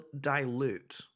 dilute